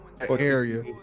area